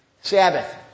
Sabbath